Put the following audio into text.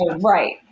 Right